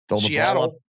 Seattle